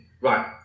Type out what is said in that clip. Right